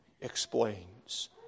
explains